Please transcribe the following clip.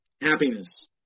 happiness